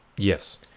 Yes